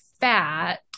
fat